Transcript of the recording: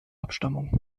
abstammung